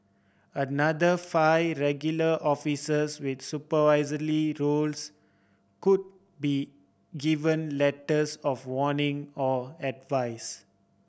another five regular officers with roles could be given letters of warning or advice